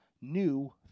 new